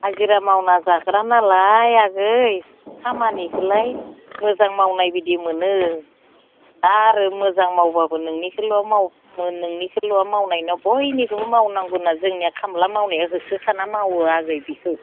हाजिरा मावना जाग्रा नालाय आगै खामानिखौलाय मोजां मावनाय बिदि मोनो दा आरो मोजां मावबाबो नोंनिखौल' माव नोंनिखौल' मावनायनि उनाव बयनिखौबो मावनांगौ होनना जोंनिया खामला मावनाया होसो खाना मावो आगै बेखौ